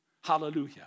Hallelujah